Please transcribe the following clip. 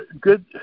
good –